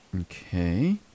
Okay